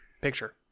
picture